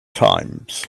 times